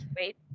wait